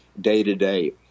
day-to-day